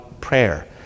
prayer